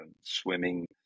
Swimming